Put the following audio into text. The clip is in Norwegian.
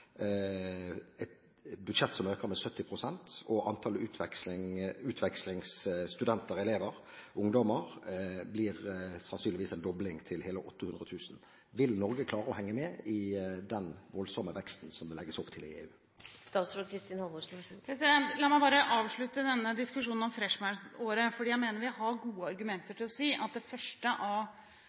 øker med 70 pst., og antall utvekslingsstudenter/-elever – ungdommer – blir sannsynligvis doblet, til hele 800 000. Vil Norge klare å henge med i den voldsomme veksten som det legges opp til i EU? La meg bare avslutte denne diskusjonen om freshman-året, for jeg mener at vi har gode argumenter for å si at det første